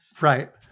Right